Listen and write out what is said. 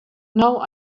now